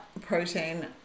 protein